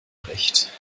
recht